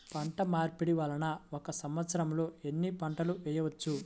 పంటమార్పిడి వలన ఒక్క సంవత్సరంలో ఎన్ని పంటలు వేయవచ్చు?